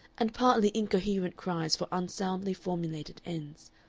and partly incoherent cries for unsoundly formulated ends,